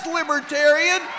libertarian